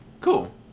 Cool